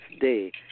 Day